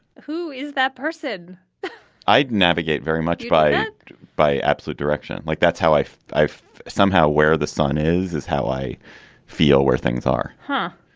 who is that person i'd navigate very much by ah by absolute direction? like that's how i if somehow where the sun is, is how i feel, where things are. huh?